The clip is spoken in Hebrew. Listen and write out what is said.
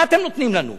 מה אתם נותנים לנו?